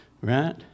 Right